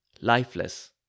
lifeless